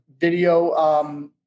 video